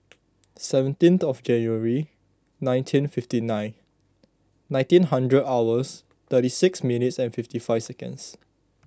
seventeen of January nineteen fifty nine nineteen hundred hours thirty six minutes and fifty five seconds